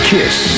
Kiss